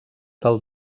del